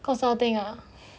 consulting ah